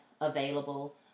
available